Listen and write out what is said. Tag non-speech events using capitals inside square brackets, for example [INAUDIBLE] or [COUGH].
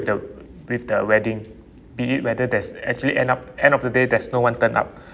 the with the wedding be it whether there's actually end up end of the day there's no one turn up [BREATH]